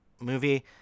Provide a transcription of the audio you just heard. movie